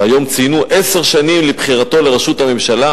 שהיום ציינו עשר שנים לבחירתו לראשות הממשלה,